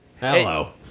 Hello